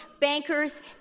bankers